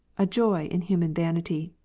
a joy in human vanity.